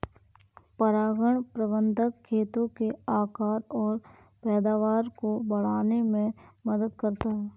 परागण प्रबंधन खेतों के आकार और पैदावार को बढ़ाने में मदद करता है